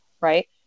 right